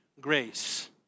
grace